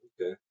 Okay